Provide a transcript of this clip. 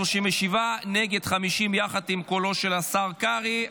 בעד,37, נגד, 50, יחד עם קולו של השר קרעי.